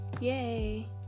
yay